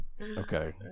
Okay